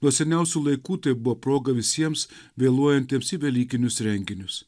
nuo seniausių laikų tai buvo proga visiems vėluojantiems į velykinius renginius